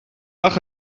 lag